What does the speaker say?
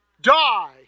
die